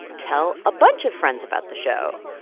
tell a bunch of friends about the show.